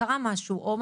קרה משהו או מה,